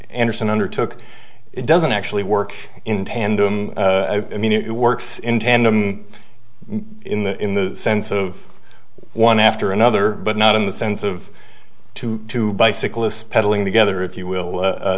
andersen undertook it doesn't actually work in tandem i mean it works in tandem in the in the sense of one after another but not in the sense of two to bicyclists pedaling together if you